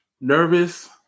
nervous